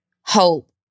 hope